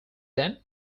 then